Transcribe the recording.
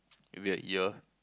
maybe a year